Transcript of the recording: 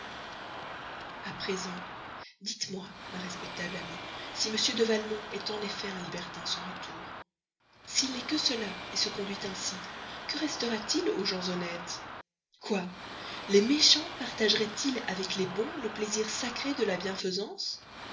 a présent dites-moi ma respectable amie si m de valmont est en effet un libertin sans retour s'il n'est que cela se conduit ainsi que restera-t-il aux gens honnêtes quoi les méchants partageraient ils avec les bons le plaisir sacré de la bienfaisance